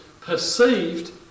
perceived